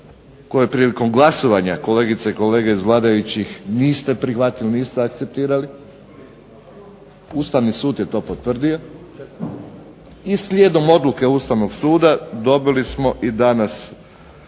koje prilikom glasovanja, kolegice i kolege iz vladajućih, niste prihvatili, niste akceptirali. Ustavni sud je to potvrdio i slijedom odluke Ustavnog suda dobili smo i danas